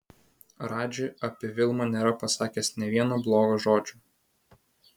radži apie vilmą nėra pasakęs nė vieno blogo žodžio